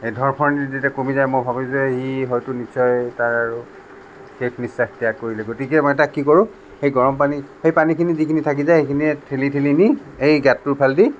এই ধৰফৰণিটো যেতিয়া কমি যায় মই ভাবো যে ই হয়তো নিশ্চয় তাৰ আৰু শেষ নিশ্বাস ত্যাগ কৰিলে গতিকে মই তাক কি কৰো সেই গৰম পানী সেই পানী খিনি যিখিনি থাকি যায় সেইখিনিৰে ঠেলি ঠেলি নি এই গাঁতটোৰ ফালদি